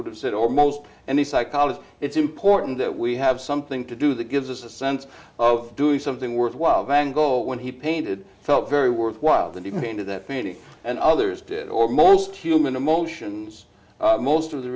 would have said or most and the psychologist it's important that we have something to do that gives us a sense of doing something worthwhile van gogh when he painted felt very worthwhile that even into that painting and others did or most human emotions most of the